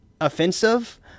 offensive